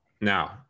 Now